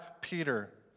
Peter